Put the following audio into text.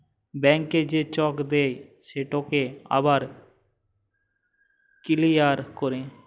ব্যাংকে যে চ্যাক দেই সেটকে আবার কিলিয়ার ক্যরে